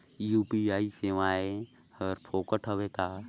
UPI सेवाएं हर फोकट हवय का?